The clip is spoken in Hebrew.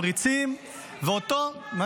ולייצר את אותו סל תמריצים ------ נו,